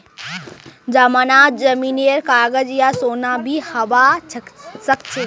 जमानतत जमीनेर कागज या सोना भी हबा सकछे